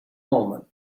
movement